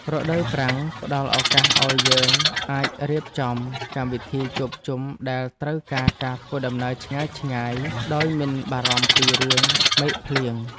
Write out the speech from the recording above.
រដូវប្រាំងផ្តល់ឱកាសឱ្យយើងអាចរៀបចំកម្មវិធីជួបជុំដែលត្រូវការការធ្វើដំណើរឆ្ងាយៗដោយមិនបារម្ភពីរឿងមេឃភ្លៀង។